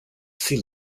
sea